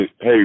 hey